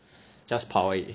just 跑而已